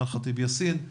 אימאן ח'טיב יאסין,